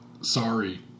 sorry